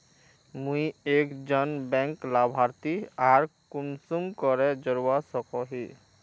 मुई एक जन बैंक लाभारती आर कुंसम करे जोड़वा सकोहो ही?